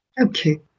Okay